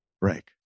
break